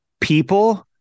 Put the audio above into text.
people